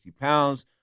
pounds